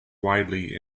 widely